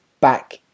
back